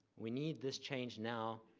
we need this change now.